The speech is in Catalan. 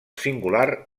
singular